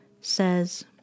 says